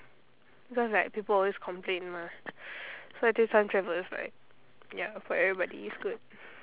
because like people always complain mah so I think time travel is like ya for everybody is good